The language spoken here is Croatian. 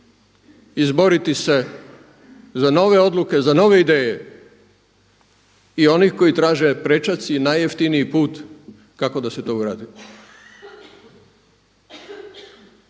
izboriti se za nove odluke, za nove ideje i onih koji traže prečac i najjeftiniji put kako da se to uradi.